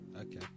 Okay